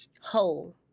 Whole